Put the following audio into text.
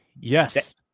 Yes